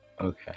Okay